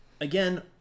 Again